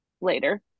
later